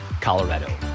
Colorado